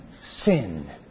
sin